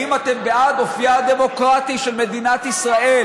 האם אתם בעד אופייה הדמוקרטי של מדינת ישראל?